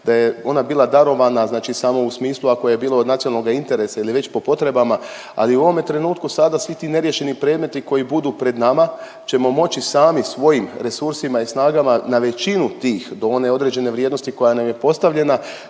da je ona bila darovana znači samo u smislu ako je bilo od nacionalnoga interesa ili već po potrebama, ali u ovome trenutku sada, svi ti neriješeni predmeti koji budu pred nama ćemo moći sami svojim resursima i snagama na većinu tih, do one određene vrijednosti koja nam je postavljena,